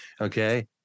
Okay